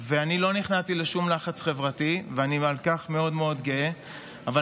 ואני לא נכנעתי לשום לחץ חברתי ואני מאוד מאוד גאה על כך.